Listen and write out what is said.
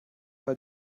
weil